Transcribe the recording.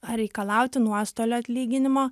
ar reikalauti nuostolių atlyginimo